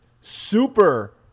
Super